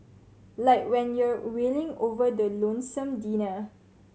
like when you're wailing over the lonesome dinner